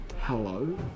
Hello